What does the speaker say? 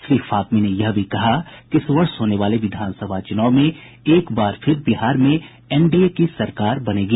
श्री फातमी ने यह भी कहा कि इस वर्ष होने वाले विधानसभा चुनाव में एक बार फिर बिहार में एनडीए की सरकार बनेगी